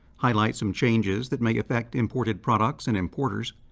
highlight some changes that may affect imported products and importers,